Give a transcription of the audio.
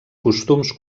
costums